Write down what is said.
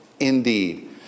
Indeed